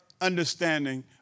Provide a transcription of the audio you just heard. understanding